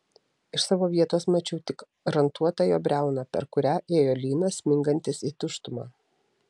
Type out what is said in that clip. iš savo vietos mačiau tik rantuotą jo briauną per kurią ėjo lynas smingantis į tuštumą